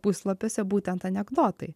puslapiuose būtent anekdotai